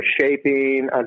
shaping